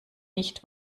nicht